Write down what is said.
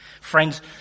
Friends